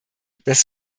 das